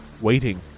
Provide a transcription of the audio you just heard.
waiting